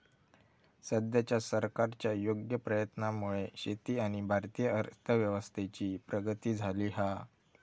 सद्याच्या सरकारच्या योग्य प्रयत्नांमुळे शेती आणि भारतीय अर्थव्यवस्थेची प्रगती झाली हा